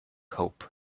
hope